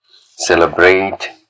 celebrate